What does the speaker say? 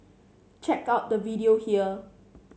check out the video here